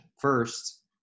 first